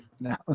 now